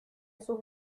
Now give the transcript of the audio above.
sus